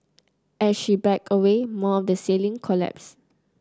as she backed away more of the ceiling collapsed